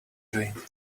doing